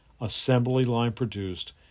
assembly-line-produced